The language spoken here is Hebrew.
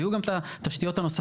ויהיו גם את התשתיות הנוספות.